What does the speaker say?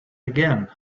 again